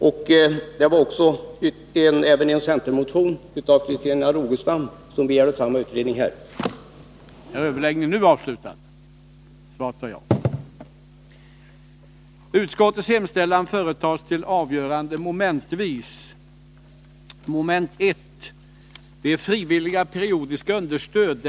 Dessutom vill jag framhålla att Christina Rogestam i en centermotion begärt samma utredning som utskottet nu hemställer om.